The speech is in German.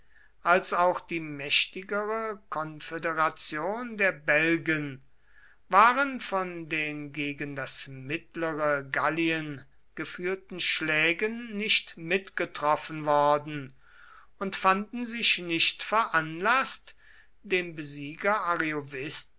als auch die mächtigere konföderation der belgen waren von den gegen das mittlere gallien geführten schlägen nicht mitgetroffen worden und fanden sich nicht veranlaßt dem besieger